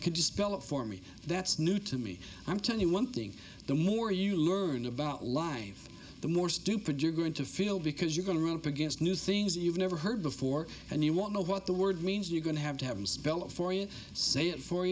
could you spell it for me that's new to me i'm telling you one thing the more you learn about life the more stupid you're going to feel because you're going to roll up against new things you've never heard before and you won't know what the word means you're going to have to have him spell it for you say it for